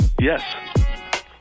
Yes